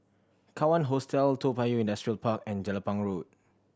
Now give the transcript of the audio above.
Kawan Hostel Toa Payoh Industrial Park and Jelapang Road